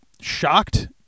shocked